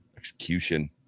Execution